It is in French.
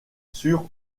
sur